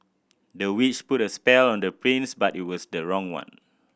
the witch put a spell on the prince but it was the wrong one